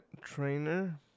trainer